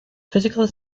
physical